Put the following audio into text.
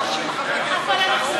תרשמו: מירב בן ארי,